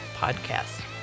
podcast